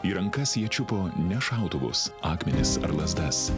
į rankas jie čiupo ne šautuvus akmenis ar lazdas